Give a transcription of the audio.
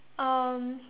um